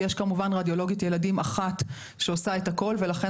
ויש כמובן רדיולוגית ילדים אחת שעושה את הכל ולכן